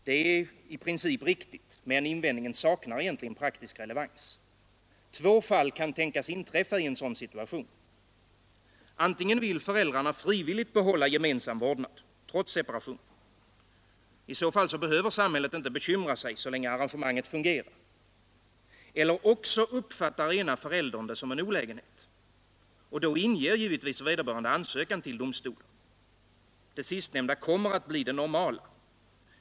Det är i princip riktigt, men invändningen saknar praktisk relevans. Två fall kan tänkas inträffa i en sådan situation. Antingen vill föräldrarna frivilligt behålla gemensam vårdnad trots separationen, och i så fall behöver samhället inte bekymra sig så länge arrangemanget fungerar. Eller också uppfattar ena föräldern det som en olägenhet, och då inger givetvis vederbörande ansökan till domstolen. Det sistnämnda kommer att bli det normala.